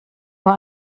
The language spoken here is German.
war